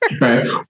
Right